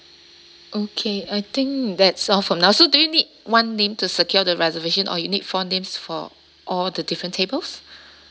okay I think that's all for now so do you need one name to secure the reservation or you need four names for all the different tables